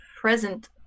present